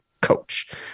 coach